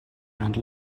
and